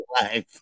life